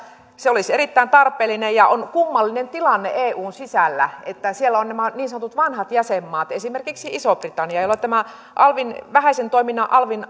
se olisi erittäin tarpeellinen ja on kummallinen tilanne eun sisällä kun siellä ovat nämä niin sanotut vanhat jäsenmaat esimerkiksi iso britannia jolla tämä vähäisen toiminnan alvin